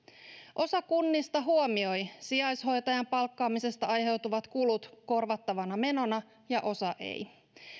osa kunnista huomioi sijaishoitajan palkkaamisesta aiheutuvat kulut korvattavana menona ja osa ei